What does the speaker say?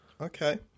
Okay